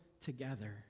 together